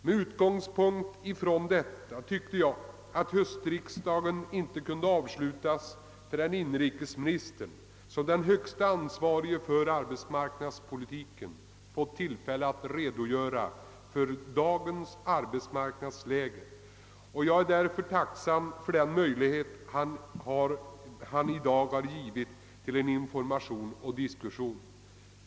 Med denna utgångspunkt ansåg jag att höstriksdagen inte kunde avslutas förrän inrikesministern som den högste ansvarige för arbetsmarknadspolitiken fått tillfälle att redogöra för dagens arbetsmarknadsläge, och jag är därför tacksam för den möjlighet han i dag har givit för information och diskussion.